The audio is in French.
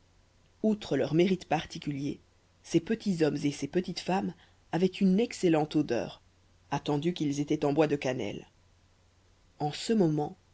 outre leur mérite particulier ces petits hommes et ces petites femmes avaient une excellente odeur attendu qu'ils étaient en bois de cannelle en ce moment